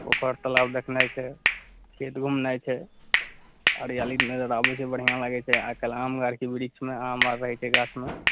पोखर तालाब देखनाइ छै खेत घुमनाइ छै हरियाली नजर आबै छै बढ़िआँ लागै छै आइ काल्हि आम आरके बृच्छमे आम आबै छै गाछमे